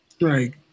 right